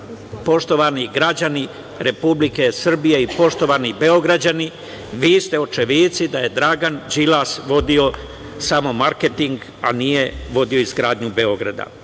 citat. Poštovani građani Republike Srbije i poštovani Beograđani, vi ste očevici da je Dragan Đilas vodio samo marketing a nije vodio izgradnju Beograda. Ja